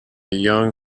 young